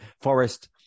forest